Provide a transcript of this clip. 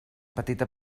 petita